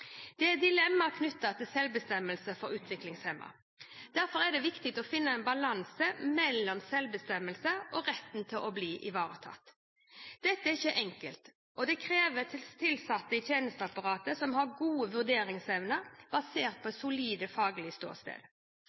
Det er dilemmaer knyttet til selvbestemmelse for utviklingshemmede. Derfor er det viktig å finne en balanse mellom selvbestemmelse og retten til å bli ivaretatt. Dette er ikke enkelt, og det krever tilsatte i tjenesteapparatet som har god vurderingsevne, basert på et solid faglig ståsted.